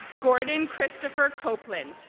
gordon christopher copeland